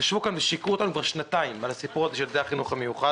ישבו כאן ושיקרו לנו כבר שנתיים על הסיפור הזה של ילדי החינוך המיוחד,